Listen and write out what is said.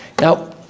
Now